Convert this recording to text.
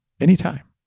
anytime